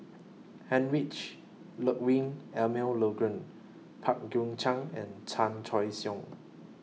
Heinrich Ludwig Emil Luering Pang Guek Cheng and Chan Choy Siong